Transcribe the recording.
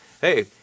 Hey